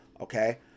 okay